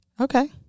Okay